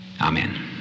Amen